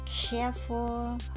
careful